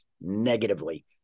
negatively